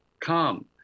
Come